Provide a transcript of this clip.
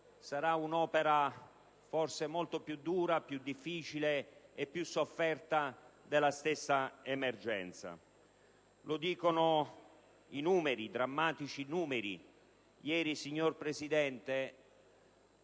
sarà un'opera forse molto più dura, più difficile e più sofferta della stessa emergenza. Lo dicono i numeri drammatici. Ieri, signor Presidente,